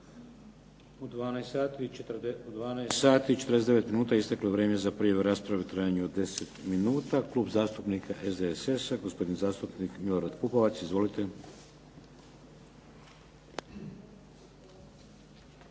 i 49 minuta isteklo je vrijeme za prijavu rasprave u trajanju od 10 minuta. Klub zastupnika SDSS-a, gospodin zastupnik Milorad Pupovac. Izvolite.